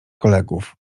kolegów